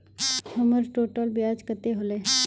हमर टोटल ब्याज कते होले?